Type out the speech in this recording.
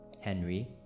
Henry